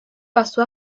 pasó